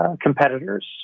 competitors